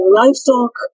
livestock